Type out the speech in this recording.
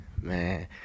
man